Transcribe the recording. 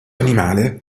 animale